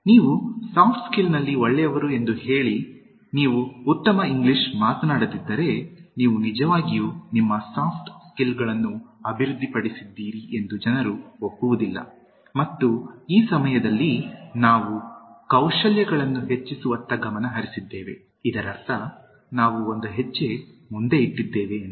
ನೀವು ಸಾಫ್ಟ್ ಸ್ಕಿಲ್ಸ್ನಲ್ಲಿ ಒಳ್ಳೆಯವರು ಎಂದು ನೀವು ಹೇಳಿ ನೀವು ಉತ್ತಮ ಇಂಗ್ಲಿಷ್ ಮಾತನಾಡದಿದ್ದರೆ ನೀವು ನಿಜವಾಗಿಯೂ ನಿಮ್ಮ ಸಾಫ್ಟ್ ಸ್ಕಿಲ್ಗಳನ್ನು ಅಭಿವೃದ್ಧಿಪಡಿಸಿದ್ದೀರಿ ಎಂದು ಜನರು ಒಪ್ಪಿಕೊಳ್ಳುವುದಿಲ್ಲ ಮತ್ತು ಈ ಸಮಯದಲ್ಲಿ ನಾವು ಕೌಶಲ್ಯಗಳನ್ನು ಹೆಚ್ಚಿಸುವತ್ತ ಗಮನ ಹರಿಸಿದ್ದೇವೆ ಇದರರ್ಥ ನಾವು ಒಂದು ಹೆಜ್ಜೆ ಮುಂದೆ ಇಟ್ಟಿದ್ದೇವೆ ಎಂದು